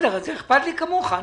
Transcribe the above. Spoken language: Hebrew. אכפת לי כמוך.